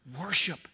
worship